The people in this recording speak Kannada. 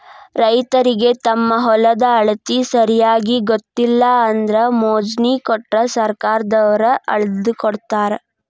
ರೈತರಿಗೆ ತಮ್ಮ ಹೊಲದ ಅಳತಿ ಸರಿಯಾಗಿ ಗೊತ್ತಿಲ್ಲ ಅಂದ್ರ ಮೊಜ್ನಿ ಕೊಟ್ರ ಸರ್ಕಾರದವ್ರ ಅಳ್ದಕೊಡತಾರ